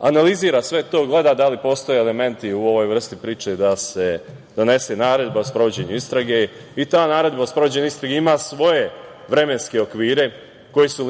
analizira sve to, gleda da li postoje elementi u ovoj vrsti priče da se donese naredba o sprovođenju istrage i ta naredba o sprovođenju istrage ima svoje vremenske okvire koji su